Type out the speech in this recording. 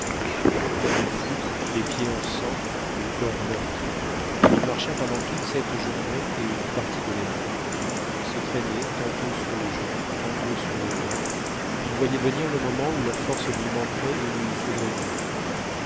comme un fou les pieds en sang le corps meurtri il marcha pendant toute cette journée et une partie de la nuit il se traînait tantôt sur les genoux tantôt sur les mains il voyait venir le moment où la force lui manquerait et où il faudrait mourir